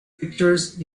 pictures